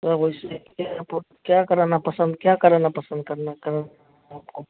तो वैसे पुर क्या कराना पसंद क्या कराना पसंद करने आता है आपको